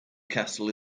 castle